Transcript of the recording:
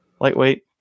Lightweight